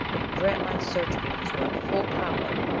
and grantline's searchbeam was going full power,